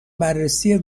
بررسی